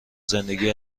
زندگی